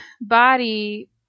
body